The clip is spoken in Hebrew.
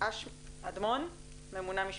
אגמון ממונה משפטית.